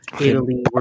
Italy